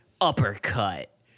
uppercut